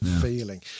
feeling